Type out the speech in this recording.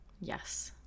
Yes